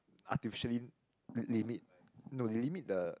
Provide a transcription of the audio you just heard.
artificially limit no they limit the